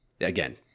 Again